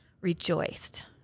rejoiced